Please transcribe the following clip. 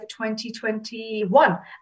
2021